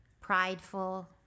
Prideful